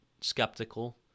skeptical